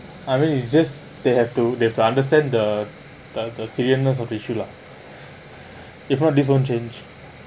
I mean it just they have to they have to understand the the the seriousness of the issue lah if not this won't change